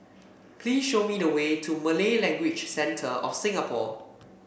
please show me the way to Malay Language Centre of Singapore